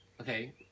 Okay